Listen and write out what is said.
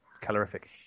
Calorific